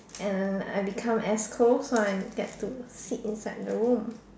and I become as close so get to sit inside the room